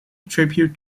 tribute